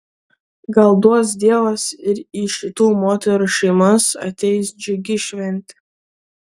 gal duos dievas ir į šitų moterų šeimas ateis džiugi šventė